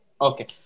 Okay